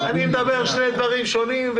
אני מדבר על שני דברים שונים.